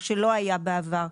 מה שלא היה בעבר,